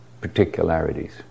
particularities